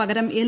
പകരം എൽ